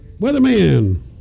Weatherman